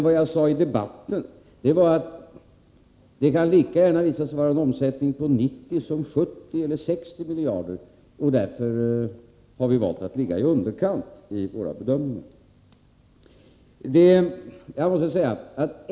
Vad jag sade i den aktuella debatten var att det lika gärna kan vara en omsättning på 90 som på 70 eller 60 miljarder. Därför har vi valt att ligga i underkant i våra bedömningar.